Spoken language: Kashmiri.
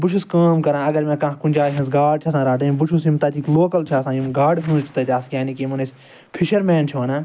بہٕ چھُس کٲم کران اگر مےٚ کانٛہہ کُنہ جایہ ہٕنٛز گاڈ چھِ آسان رَٹٕنۍ بہٕ چھُس یِم تَتِک لوکَل چھِ آسان یِم گاڈٕ ہٲنٛز چھِ تَتِک یعنی کہ یمن أسۍ فِشَرمین چھِ وَنان